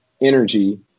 energy